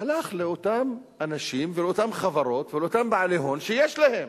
לאותם אנשים ואותן חברות ואותם בעלי הון שיש להם.